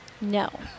No